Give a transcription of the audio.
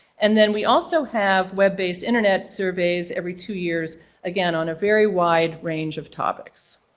and then we also have web-based internet surveys every two years again on a very wide range of topics.